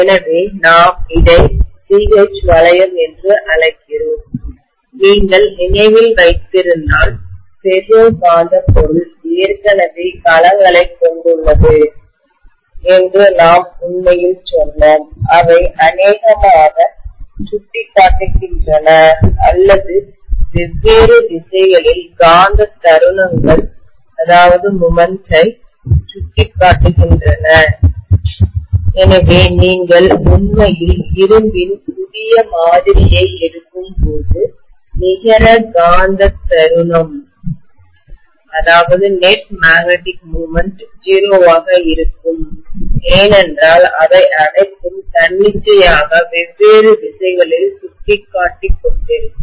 எனவே நாம் இதை BH வளையம் என்று அழைக்கிறோம் நீங்கள் நினைவில் வைத்திருந்தால் ஃபெரோ காந்தப் பொருள் ஏற்கனவே களங்களைக் கொண்டுள்ளது என்று நாம் உண்மையில் சொன்னோம் அவை அநேகமாக சுட்டிக்காட்டுகின்றன அல்லது வெவ்வேறு திசைகளில் காந்த தருணங்கள்மொமென்ட் ஐ சுட்டிக்காட்டுகின்றன எனவே நீங்கள் உண்மையில் இரும்பின் புதிய மாதிரியை எடுக்கும்போது நிகர காந்த தருணம் நெட் மேக்னெட்டிக் மொமென்ட் 0 ஆக இருக்கும் ஏனென்றால் அவை அனைத்தும் தன்னிச்சையாக வெவ்வேறு திசைகளில் சுட்டிக்காட்டிக் கொண்டிருக்கும்